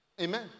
Amen